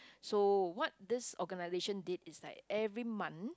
so what this organisation did is that every month